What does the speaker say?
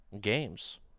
games